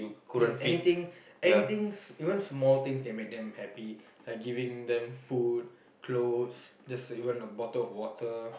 yes anything anythings even small things can make them happy like giving them food clothes just even a bottle of water